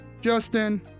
Justin